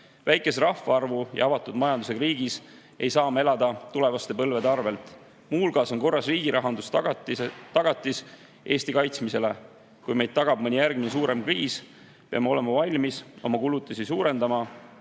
Väikese rahvaarvu ja avatud majandusega riigis ei saa me elada tulevaste põlvede arvel. Muu hulgas on korras riigirahandus tagatis Eesti kaitsmisele. Kui meid tabab mõni järgmine suurem kriis, peame me olema valmis oma kulutusi suurendama,